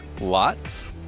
lots